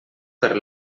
per